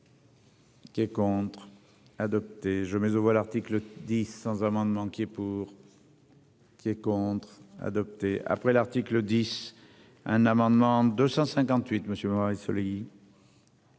Qui est contre adoptée je mets aux voix l'article 10 ans amendement qui est pour. Qui est contre Hadopi. Après l'article 10. Un amendement 258 Monsieur. Soleil.